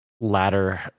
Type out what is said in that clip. latter